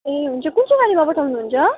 ए हुन्छ कुन चाहिँ गाडीमा पठाउनुहुन्छ